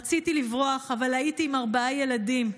רציתי לברוח, אבל הייתי עם ארבעה ילדים.